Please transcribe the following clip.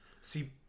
See